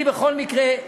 אני בכל מקרה,